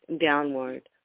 downward